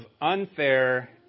unfair